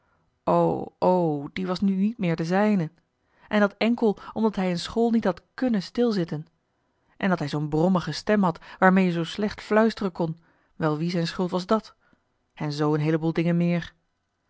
de ruijter nu niet meer de zijne en dat enkel omdat hij in school niet had kunnen stilzitten en dat hij zoo'n brommige stem had waarmee je zoo slecht fluisteren kon wel wie z'n schuld was dat en zoo een heeleboel dingen meer